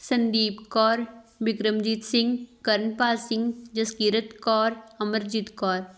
Sandeep Kaur Bikramjit Singh Karanpal Singh Jaskirat Kaur Amarjit Kaur